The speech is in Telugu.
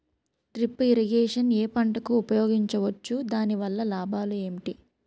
డ్రిప్ ఇరిగేషన్ ఏ పంటలకు ఉపయోగించవచ్చు? దాని వల్ల లాభాలు ఏంటి?